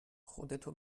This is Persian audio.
خودتو